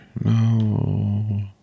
no